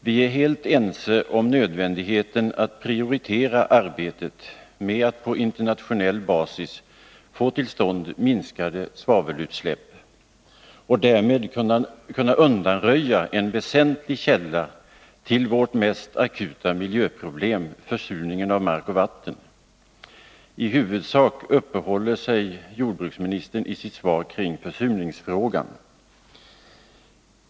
Vi är helt ense om nödvändigheten av att prioritera arbetet med att på internationell basis få till stånd en minskning av svavelutsläppen, så att man därmed kan undanröja en väsentlig källa till vårt mest akuta miljöproblem — försurningen av mark och vatten. I huvudsak uppehåller sig jordbruksministern i sitt svar vid försurningsfrågan.